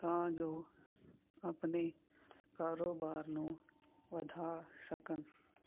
ਤਾਂ ਜੋ ਆਪਣੇ ਕਾਰੋਬਾਰ ਨੂੰ ਵਧਾ ਸਕਣ